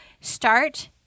start